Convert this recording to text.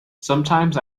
sometimes